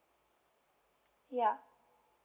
ya